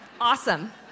awesome